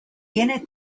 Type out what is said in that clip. tiene